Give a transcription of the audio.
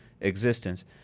existence